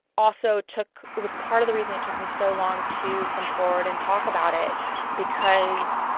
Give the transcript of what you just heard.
also took was part of the reason it took me so long to come forward and talk about it because